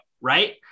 right